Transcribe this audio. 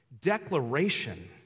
declaration